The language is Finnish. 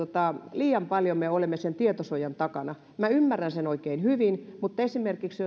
liian paljon me olemme sen tietosuojan takana ymmärrän sen oikein hyvin mutta esimerkiksi